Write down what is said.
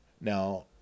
Now